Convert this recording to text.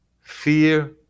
Fear